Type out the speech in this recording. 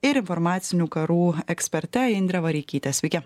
ir informacinių karų eksperte indre vareikyte sveiki